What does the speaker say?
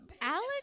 Alex